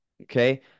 Okay